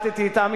אבל מה לעשות,